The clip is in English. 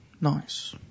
Nice